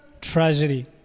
tragedy